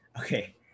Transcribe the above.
Okay